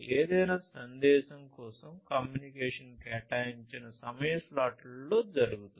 ఏదైనా సందేశం కోసం కమ్యూనికేషన్ కేటాయించిన సమయ స్లాట్లో జరుగుతుంది